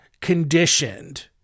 conditioned